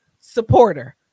supporter